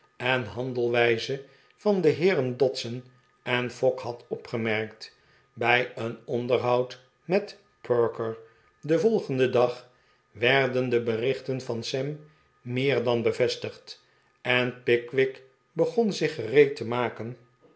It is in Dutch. en handelwijze van de heeren dodson en fogg had opgemerkt bij een onderhoud met perker den volgenden dag werden de beriehten van sam meer dan bevestigd en vickwick begon zich gereed te rhaken